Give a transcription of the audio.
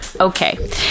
Okay